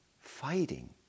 fighting